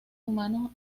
humanos